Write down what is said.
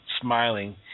smiling